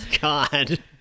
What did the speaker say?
god